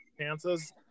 chances